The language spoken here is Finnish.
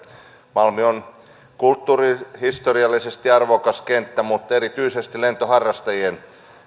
malmi on kulttuurihistoriallisesti arvokas kenttä mutta erityisesti lentoharrastajien